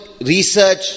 research